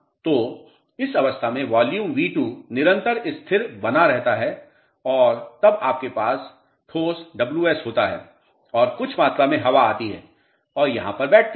तो इस अवस्था में वॉल्यूम V2 निरंतर स्थिर रहता है और तब आपके पास ठोस Ws होता है और कुछ मात्रा में हवा आती है और यहाँ पर बैठती है